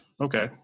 Okay